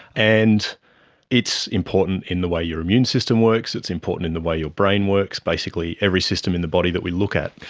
and it's important in the way your immune system works, it's important in the way your brain works, basically every system in the body that we look at.